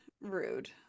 rude